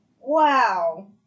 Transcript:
Wow